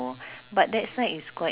ah ya